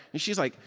and she's like,